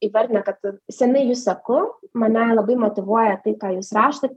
įvardina kad senia jus seku mane labai motyvuoja tai ką jūs rašote